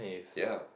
ya